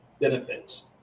benefits